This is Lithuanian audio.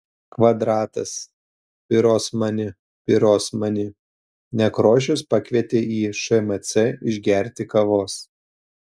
kvadratas pirosmani pirosmani nekrošius pakvietė į šmc išgerti kavos